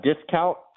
discount